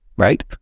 right